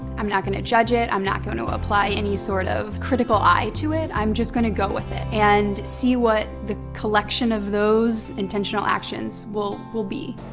i'm not gonna judge it, i'm not gonna apply any sort of critical eye to it. i'm just gonna go with it and see what the collection of those intentional actions will will be.